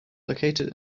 located